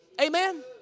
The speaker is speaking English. Amen